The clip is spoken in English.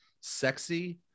sexy